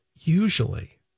usually